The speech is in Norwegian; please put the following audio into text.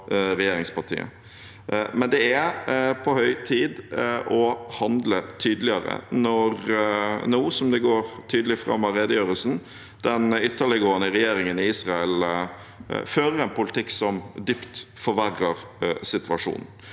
men det er på høy tid å handle tydeligere når – som det går tydelig fram av redegjørelsen – den ytterliggående regjeringen i Israel nå fører en politikk som dypt forverrer situasjonen.